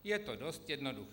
Je to dost jednoduché.